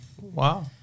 wow